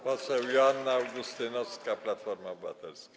Poseł Joanna Augustynowska, Platforma Obywatelska.